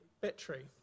battery